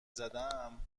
زدم